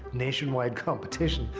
nationwide competition,